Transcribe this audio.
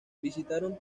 visitaron